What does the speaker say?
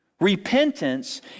Repentance